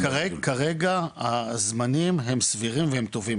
כרגע הזמנים הם סבירים והם טובים,